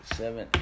seven